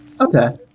Okay